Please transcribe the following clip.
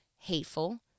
hateful